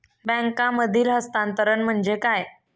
बँकांमधील हस्तांतरण म्हणजे काय?